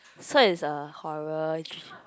so it's a horror